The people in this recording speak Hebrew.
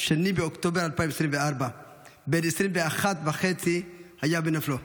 2 באוקטובר 2024. בן 21.5 היה בנופלו.